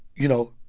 you know,